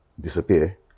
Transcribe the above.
disappear